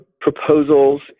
proposals